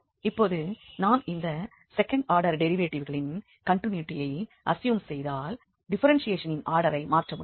இப்பொழுது நாம் இந்த செகண்ட் ஆடர் டெரிவேட்டிவ்களின் கண்டிநியூட்டியை அசியூம் செய்தால் டிப்பெரென்ஷியேஷனின் ஆடரை மாற்ற முடியும்